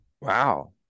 Wow